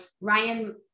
Ryan